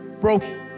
broken